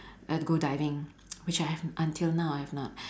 and go diving which I have until now I have not